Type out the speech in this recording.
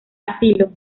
asilo